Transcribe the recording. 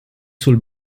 sul